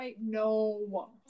No